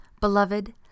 Beloved